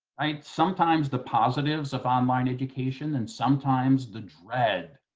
right? sometimes the positives of online education and sometimes the dread